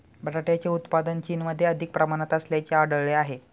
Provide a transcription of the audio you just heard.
बटाट्याचे उत्पादन चीनमध्ये अधिक प्रमाणात असल्याचे आढळले आहे